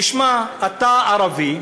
תשמע, אתה ערבי.